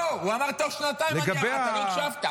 לא, הוא אמר תוך שנתיים, אתה לא הקשבת.